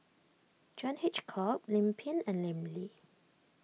John Hitchcock Lim Pin and Lim Lee